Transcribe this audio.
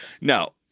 no